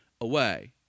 away